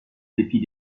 dépit